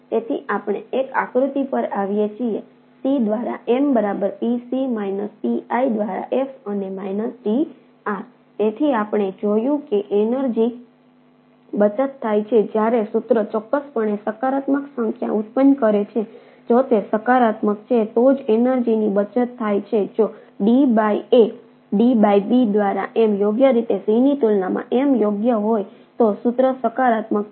તેથી આપણે અહીંથી જોયું છે કે એનર્જિની B દ્વારા એમ યોગ્ય રીતે Cની તુલનામાં M યોગ્ય હોય તો સૂત્ર સકારાત્મક છે